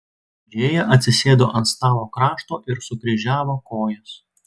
džėja atsisėdo ant stalo krašto ir sukryžiavo kojas